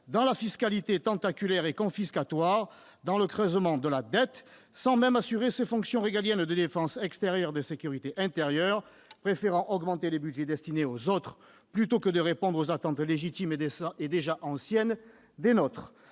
dans la fiscalité tentaculaire et confiscatoire, dans le creusement de la dette, sans même assurer ses fonctions régaliennes de défense extérieure et de sécurité intérieure, préférant augmenter les budgets destinés aux autres, plutôt que de répondre aux attentes légitimes et déjà anciennes des nôtres.